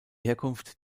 herkunft